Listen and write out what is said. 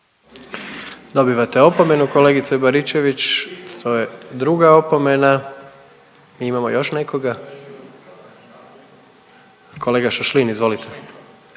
Dobivate opomenu kolegice Baričević, to je druga opomena. Imamo još nekoga? Kolega Šašlin, izvolite.